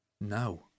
No